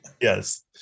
Yes